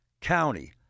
county